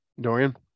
Dorian